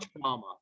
trauma